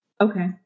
Okay